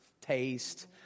taste